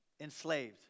Enslaved